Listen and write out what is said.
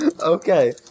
Okay